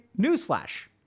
newsflash